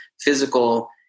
physical